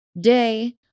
day